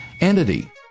entity